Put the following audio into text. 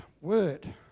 word